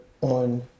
on